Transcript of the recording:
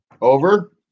Over